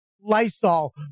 Lysol